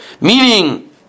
Meaning